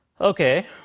Okay